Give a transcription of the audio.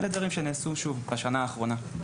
אלה דברים שנעשו בשנה האחרונה.